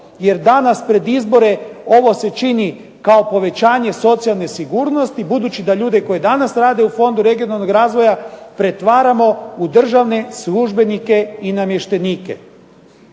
jer danas pred izbore ovo se čini kao povećanje socijalne sigurnosti budući da ljude koji danas rade u Fondu regionalnog razvoja pretvaramo u državne službenike i namještenike.